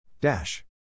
Dash